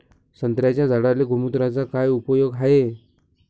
संत्र्याच्या झाडांले गोमूत्राचा काय उपयोग हाये?